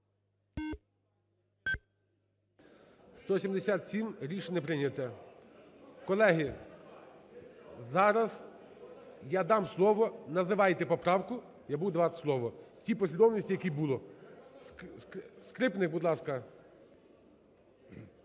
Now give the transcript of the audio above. За-177 Рішення не прийняте. Колеги, зараз я дам слово, називайте поправку, я буду давати слово в тій послідовності, в якій було. Скрипник, будь ласка.